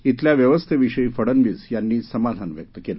शिल्या व्यवस्थे विषयी फडनवीस यांनी समाधान व्यक्त केलं